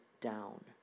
down